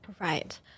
Right